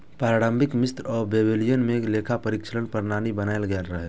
प्रारंभिक मिस्र आ बेबीलोनिया मे लेखा परीक्षा प्रणाली बनाएल गेल रहै